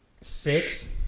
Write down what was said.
Six